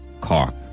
cork